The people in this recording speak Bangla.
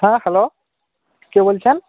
হ্যাঁ হ্যালো কে বলছেন